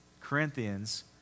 Corinthians